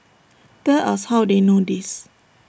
tell us how they know this